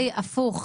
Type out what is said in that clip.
עלי הפוך,